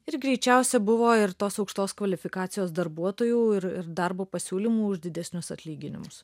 ir greičiausia buvo ir tos aukštos kvalifikacijos darbuotojų ir ir darbo pasiūlymų už didesnius atlyginimus